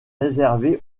réservé